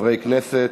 חברי הכנסת.